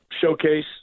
Showcase